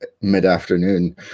mid-afternoon